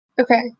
Okay